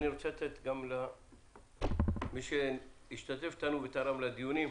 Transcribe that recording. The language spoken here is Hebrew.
אני רוצה לתת את זכות הדיבור גם למי שהשתתף ותרם לדיונים.